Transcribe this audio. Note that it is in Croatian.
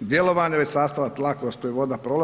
djelovanja već sastava tla kroz koji voda prolazi.